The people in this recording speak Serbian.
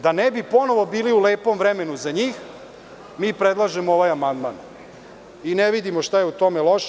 Da ne bi ponovo bili u lepom vremenu za njih, predlažemo ovaj amandman i ne vidimo šta je u tome loše.